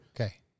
Okay